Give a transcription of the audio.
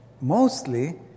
Mostly